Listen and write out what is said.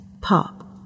Pop